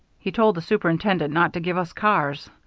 he told the superintendent not to give us cars.